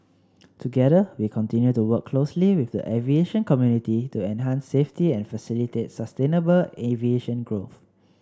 together we continue to work closely with the aviation community to enhance safety and facilitate sustainable aviation growth